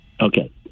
Okay